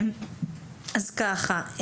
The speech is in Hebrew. אז ככה,